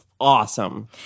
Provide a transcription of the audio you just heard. awesome